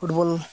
football